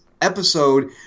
episode